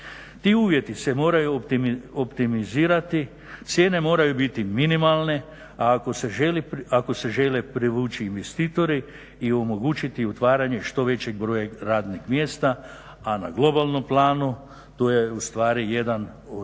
Ti uvjeti se moraju optimizirati, cijene moraju biti minimalne, a ako se žele privući investitori i omogućiti otvaranje što većeg broja radnih mjesta a na globalnom planu to je ustvari jedan od